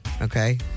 okay